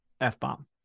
F-bomb